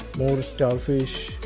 more starfish